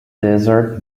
desert